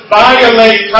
violate